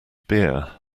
beer